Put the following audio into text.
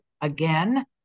again